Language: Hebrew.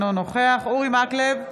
אינו נוכח אורי מקלב,